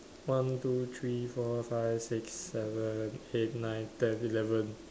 one two three four five six seven eight nine ten eleven